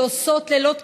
שעושות לילות וימים,